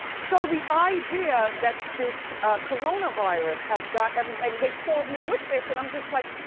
so the idea that this coronavirus has got every, and they called me with this and i'm just like,